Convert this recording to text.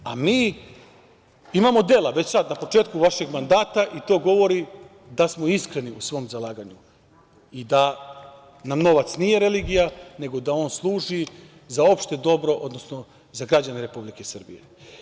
A, mi imamo dela već sad na početku vašeg mandata i to govori da smo iskreni u svom zalaganju i da nam novac nije religija, nego da on služi za opšte dobro, odnosno za građane Republike Srbije.